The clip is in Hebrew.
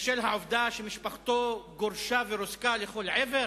בשל העובדה שמשפחתו גורשה ורוסקה לכל עבר?